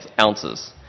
ounces